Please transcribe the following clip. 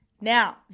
Now